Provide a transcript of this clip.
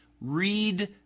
read